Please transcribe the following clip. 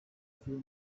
few